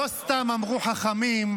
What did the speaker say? לא סתם אמרו חכמים,